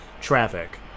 traffic